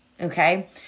okay